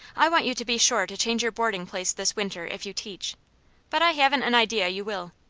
i want you to be sure to change your boarding place this winter, if you teach but i haven't an idea you will.